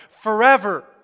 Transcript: forever